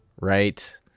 right